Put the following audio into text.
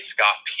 Scott